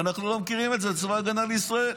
ואנחנו לא מכירים את זה בצבא ההגנה לישראל.